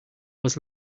was